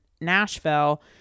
Nashville